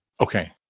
Okay